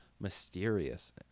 mysterious